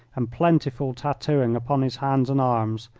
and plentiful tattooing upon his hands and arms,